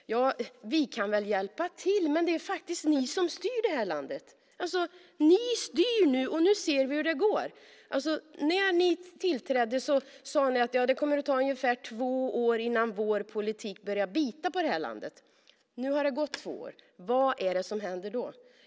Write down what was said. Ja, vi kan väl hjälpa till, men det är ni som styr det här landet. Ni styr nu, och vi ser hur det går. När ni tillträdde sade ni att det kommer att ta ungefär två år innan er politik börja bita på det här landet. Nu har det gått två år. Vad är det som händer?